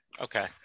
Okay